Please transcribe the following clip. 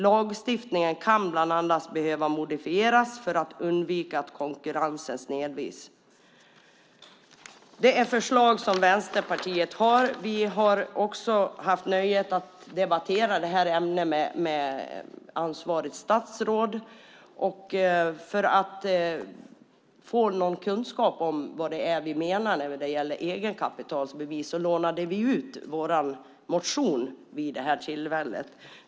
Lagstiftningen kan bland annat behöva modifieras för att undvika att konkurrensen snedvrids. Detta är förslag som Vänsterpartiet har. Vi har också haft nöjet att debattera det här ämnet med ansvarigt statsråd, och för att ge någon kunskap om vad det är vi menar när det gäller egenkapitalbevis lånade vi ut vår motion vid det tillfället.